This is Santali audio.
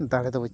ᱫᱟᱲᱮᱫᱚ